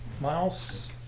Miles